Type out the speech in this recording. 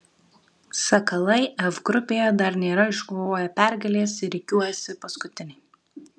sakalai f grupėje dar nėra iškovoję pergalės ir rikiuojasi paskutiniai